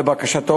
לבקשתו,